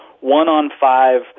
one-on-five